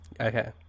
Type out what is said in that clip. Okay